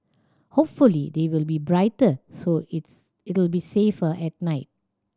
hopefully they will be brighter so its it'll be safer at night